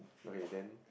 okay then